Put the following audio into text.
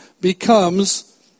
becomes